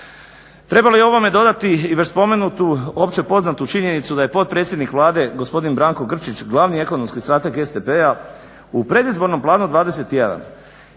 Treba li ovome dodati i već spomenutu opće poznatu činjenicu da je potpredsjednik Vlade gospodin Branko Grčić glavni ekonomski strateg SDP-a u predizbornom Planu 21